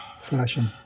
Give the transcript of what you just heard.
fashion